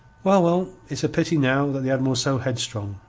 well, well, it's a pity now that the admiral's so headstrong.